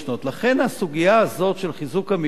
לכן הסוגיה הזאת של חיזוק המבנים,